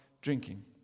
drinking